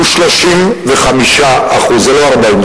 הוא 35% זה לא 40%,